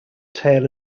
tail